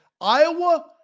Iowa